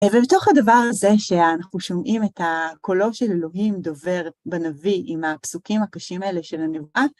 ובתוך הדבר הזה שאנחנו שומעים את קולו של אלוהים דובר בנביא עם הפסוקים הקשים האלה של הנבואה,